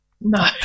No